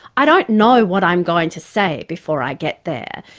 i don't know what i'm going to say before i get there.